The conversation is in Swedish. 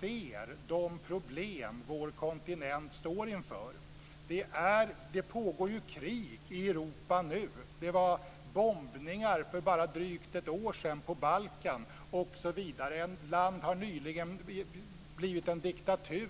ser ju de problem vår kontinent står inför. Det pågår krig i Europa nu. För bara drygt ett år sedan var det bombningar på Balkan. Ett land har nyligen blivit en diktatur.